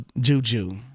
Juju